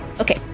Okay